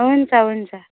हुन्छ हुन्छ